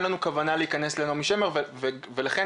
אין לנו כוונה להכנס לנעמי שמר' ולכן